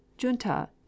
junta